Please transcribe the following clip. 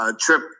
trip